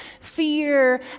fear